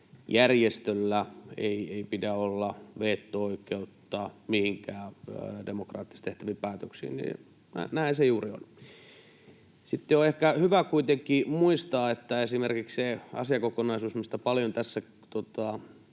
järjestöllä ei pidä olla veto-oikeutta mihinkään demokraattisesti tehtäviin päätöksiin, niin näin se juuri on. Sitten on ehkä hyvä kuitenkin muistaa, että esimerkiksi se asiakokonaisuushan, mistä paljon tässä